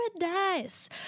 paradise